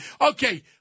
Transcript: Okay